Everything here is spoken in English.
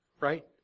right